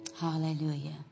Hallelujah